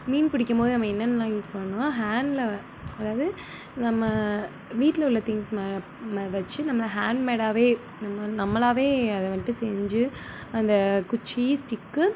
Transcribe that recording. மீன் பிடிக்கும் போது நம்ம என்னென்னலாம் யூஸ் பண்ணணுன்னா ஹாண்ட்டில் அதாவது நம்ம வீட்டில் உள்ள திங்க்ஸ் ம வச்சு நம்ப ஹாண்மேடாகவே நம்ம நம்மளாகவே அதை வந்துட்டு செஞ்சு அந்த குச்சி ஸ்டிக்கு